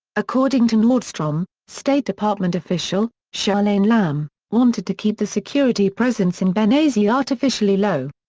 according to nordstrom, state department official, charlene lamb, wanted to keep the security presence in benghazi artificially low.